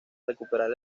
recuperar